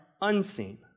unseen